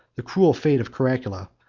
the cruel fate of caracalla,